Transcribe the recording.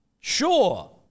Sure